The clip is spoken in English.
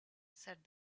said